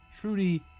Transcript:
Trudy